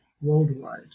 worldwide